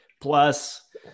plus